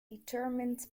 determined